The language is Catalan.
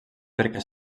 perquè